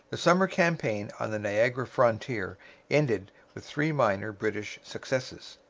the summer campaign on the niagara frontier ended with three minor british successes.